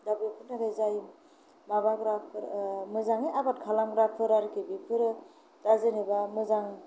दा बेफोरनि थाखाय जाय माबाग्राफोर मोजाङै आबाद खालामग्राफोर आरोखि बेफोरो दा जेनेबा मोजां